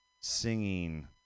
singing